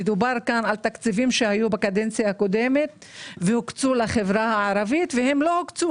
ודובר פה על תקציבים שהיו בקדנציה הקודמת והוקצו לחברה הערבית ולא הוקצו